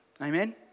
Amen